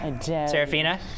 Serafina